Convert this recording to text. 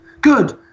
Good